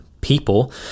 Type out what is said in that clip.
people